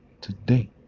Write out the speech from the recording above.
today